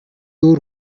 өөр